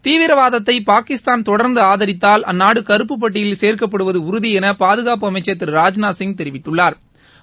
தீவிரவாதத்தை பாகிஸ்தாள் தொடர்ந்து ஆதரித்தால் அந்நாடு கருப்பு பட்டியலில் சேர்க்கப்படுவது உறுதி என பாதுகாப்பு அமைச்சா் திரு ராஜ்நாத் சிங் தெரிவித்துள்ளாா்